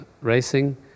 racing